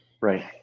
Right